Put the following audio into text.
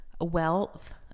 wealth